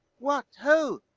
what, ho,